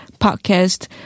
podcast